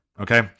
okay